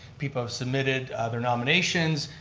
people have submitted their nominations,